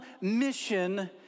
mission